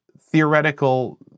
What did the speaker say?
theoretical